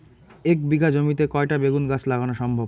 এক বিঘা জমিতে কয়টা বেগুন গাছ লাগানো সম্ভব?